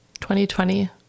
2020